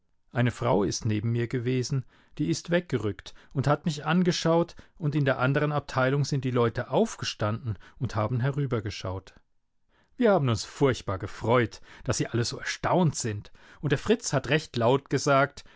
eine frau ist neben mir gewesen die ist weggerückt und hat mich angeschaut und in der anderen abteilung sind die leute aufgestanden und haben herübergeschaut wir haben uns furchtbar gefreut daß sie alle so erstaunt sind und der fritz hat recht laut gesagt